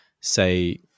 say